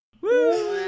Woo